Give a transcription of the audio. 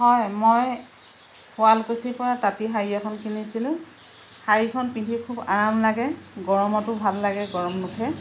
হয় মই শুৱালকুছিৰ পৰা তাঁতি শাৰী এখন কিনিছিলোঁ শাৰীখন পিন্ধি খুব আৰাম লাগে গৰমতো ভাল লাগে গৰম নুঠে